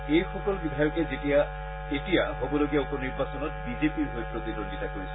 এইসকল বিধায়কে এতিয়া হবলগীয়া উপ নিৰ্বাচনত বিজেপিৰ হৈ প্ৰতিদ্বন্দ্বিতা কৰিছে